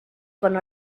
con